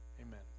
Amen